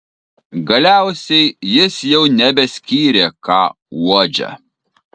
galiausiai jis jau nebeskyrė ką uodžia